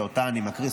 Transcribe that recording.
שאותה אני מקריא,